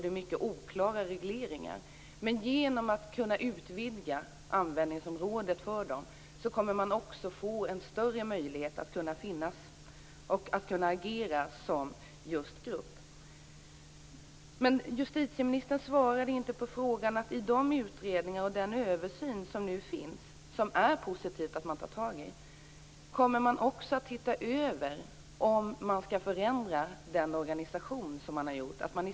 Regleringen härav är mycket oklar. Genom att styrkans användningsområde utvidgas kommer den att få större möjlighet att agera just som grupp. Justitieministern svarade inte på frågan om de utredningar och den översyn som nu har gjorts. Det är positivt att man tar tag i detta. Kommer man också att se över om organisationen skall förändras?